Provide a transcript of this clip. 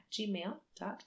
gmail.com